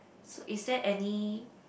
so is there any